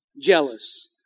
jealous